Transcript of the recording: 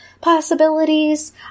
possibilities